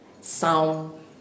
sound